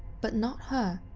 but not her.